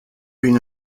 been